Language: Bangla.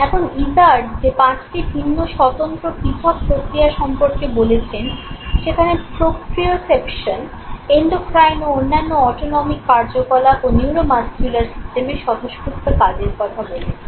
এখন ইজার্ড যে পাঁচটি ভিন্ন স্বতন্ত্র পৃথক প্রক্রিয়া সম্পর্কে বলেছেন সেখানে প্রোপ্রিয়সেপশন এন্ডোক্রাইন ও অন্যান্য অটোনমিক কার্যকলাপ ও নিউরোমাস্কিউলার সিস্টেমের স্বতঃস্ফূর্ত কাজের কথা বলেছেন